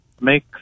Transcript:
make